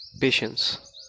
patience